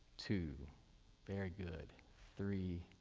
two very good three,